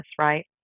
right